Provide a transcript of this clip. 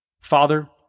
Father